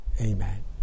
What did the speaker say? Amen